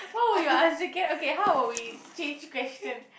what will your answer can okay how about we change question